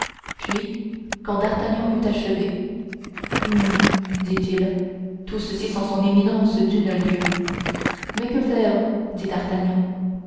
puis quand d'artagnan eut achevé hum dit-il tout ceci sent son éminence d'une lieue mais que faire dit d'artagnan